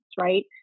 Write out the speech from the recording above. right